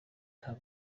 nta